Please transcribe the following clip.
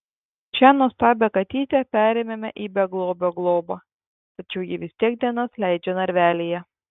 šią nuostabią katytę perėmėme į beglobio globą tačiau ji vis tiek dienas leidžia narvelyje